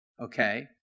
okay